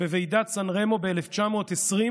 בוועידת סן רמו ב-1920,